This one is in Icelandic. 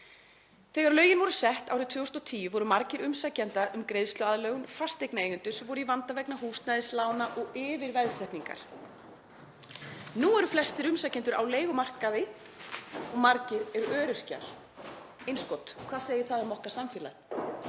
Þegar lögin voru sett árið 2010 voru margir umsækjenda um greiðsluaðlögun fasteignaeigendur sem voru í vanda vegna húsnæðislána og yfirveðsetningar. Nú eru flestir umsækjendur á leigumarkaði og margir eru öryrkjar.“ — Hvað segir það um okkar samfélag?